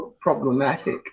problematic